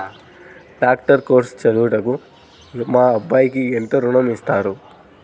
Doctor course చదువుటకు మా అబ్బాయికి ఎంత ఋణం ఇస్తారు?